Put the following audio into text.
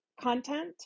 content